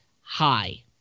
high